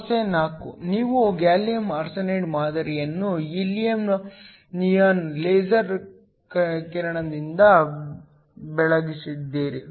ಸಮಸ್ಯೆ 4 ನೀವು gallium arsenide ಮಾದರಿಯನ್ನು ಹೀಲಿಯಂ ನಿಯಾನ್ ಲೇಸರ್ ಕಿರಣದಿಂದ ಬೆಳಗಿಸಿದ್ದೀರಿ